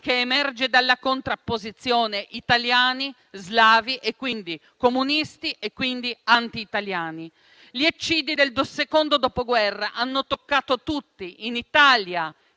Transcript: che emerge dalla contrapposizione italiani, slavi e, quindi, comunisti e anti-italiani. Gli eccidi del secondo Dopoguerra hanno toccato tutti in Italia,